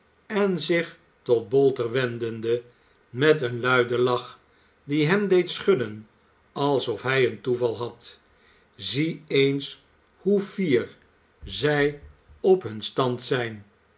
en zich tot bolter wendende met een luiden lach die hem deed schudden alsof hij een toeval had zie eens hoe fier zij op hun stand zijn